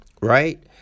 Right